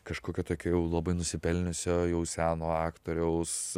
kažkokio tokio jau labai nusipelniusio jau seno aktoriaus